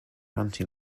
anti